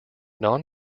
non